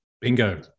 bingo